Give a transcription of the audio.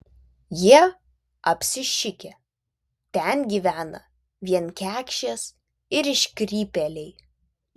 jie apsišikę ten gyvena vien kekšės ir iškrypėliai